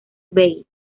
bates